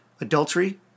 Adultery